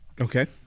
Okay